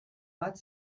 bat